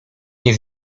nie